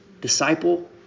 Disciple